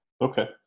Okay